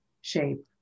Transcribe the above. shape